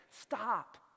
stop